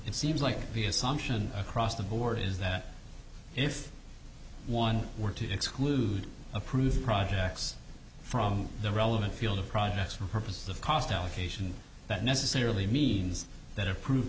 it seems like the assumption across the board is that if one were to exclude approved projects from the relevant field of projects for purposes of cost allocation that necessarily means that approve